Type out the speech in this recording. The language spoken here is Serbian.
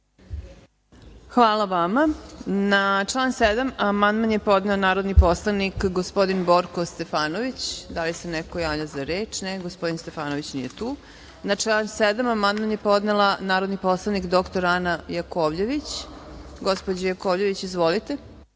Hvala vama. Na član 7. amandman je podneo narodni poslanik, gospodin Borko Stefanović. Da li se neko javlja za reč? (Ne)Gospodin Stefanović nije tu. Na član 7. amandman je podnela narodni poslanik dr Ana Jakovljević. Gospođo Jakovljević, izvolite.